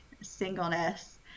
singleness